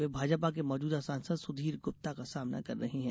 वे भाजपा के मौजूदा सांसद सुधीर गुप्ता का सामना कर रही हैं